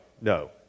No